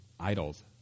idols